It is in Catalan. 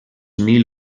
mil